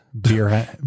Beer